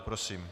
Prosím.